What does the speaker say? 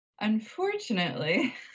Unfortunately